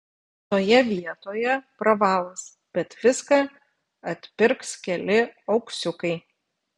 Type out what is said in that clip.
toje vietoje pravalas bet viską atpirks keli auksiukai